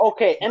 Okay